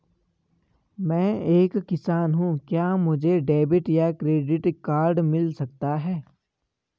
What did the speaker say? मैं एक किसान हूँ क्या मुझे डेबिट या क्रेडिट कार्ड मिल सकता है?